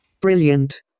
Brilliant